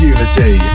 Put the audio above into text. Unity